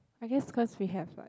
I guess cause we have like